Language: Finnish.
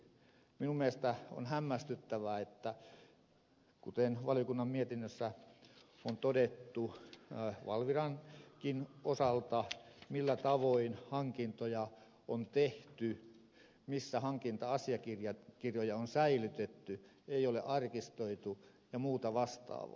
minun mielestäni on hämmästyttävää kuten valiokunnan mietinnössä on todettu valvirankin osalta millä tavoin hankintoja on tehty missä hankinta asiakirjoja on säilytetty ei ole arkistoitu ja muuta vastaavaa